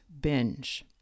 binge